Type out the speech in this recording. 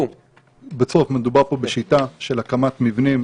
במצגת בשקף הבא מדובר בשיטה של הקמת מבנים,